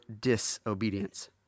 disobedience